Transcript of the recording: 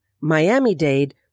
Miami-Dade